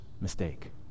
mistake